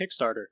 Kickstarter